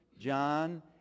John